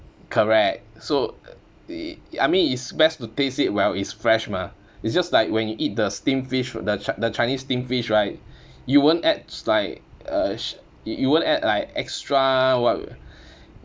correct so I mean is best to taste it while it's fresh mah it's just like when you eat the steamed fish the chi~ the chinese steamed fish right you won't add like uh sh~ you won't add like extra what